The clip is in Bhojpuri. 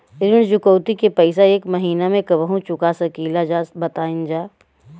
ऋण चुकौती के पैसा एक महिना मे कबहू चुका सकीला जा बताईन जा?